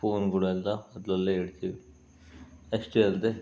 ಸ್ಪೂನ್ಗಳೆಲ್ಲ ಅದರಲ್ಲೇ ಇಡ್ತೀವಿ ಅಷ್ಟೇ ಅಲ್ಲದೇ